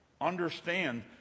understand